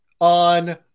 on